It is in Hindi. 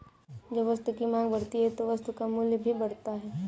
जब वस्तु की मांग बढ़ती है तो वस्तु का मूल्य भी बढ़ता है